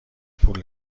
پول